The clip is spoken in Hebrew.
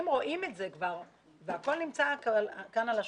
אם רואים את זה כבר והכול נמצא כאן על השולחן,